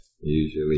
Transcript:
usually